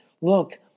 Look